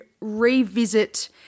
revisit